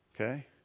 Okay